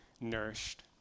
nourished